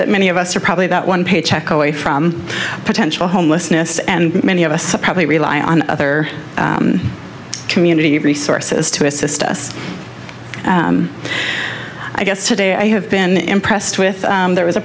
that many of us are probably about one paycheck away from potential homelessness and many of us probably rely on other community resources to assist us i guess today i have been impressed with there was a